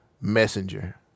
messenger